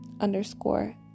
underscore